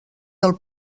del